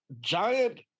giant